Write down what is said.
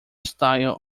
style